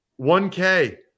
1K